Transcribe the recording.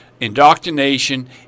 indoctrination